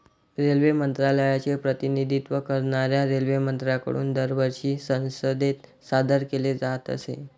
railway मंत्रालयाचे प्रतिनिधित्व करणाऱ्या रेल्वेमंत्र्यांकडून दरवर्षी संसदेत सादर केले जात असे